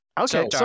Okay